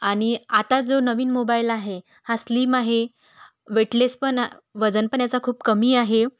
आणि आता जो नवीन मोबाईल आहे हा स्लिम आहे वेटलेस पण वजन पण याचं खूप कमी आहे